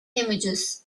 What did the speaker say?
images